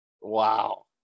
Wow